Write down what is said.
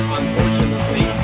unfortunately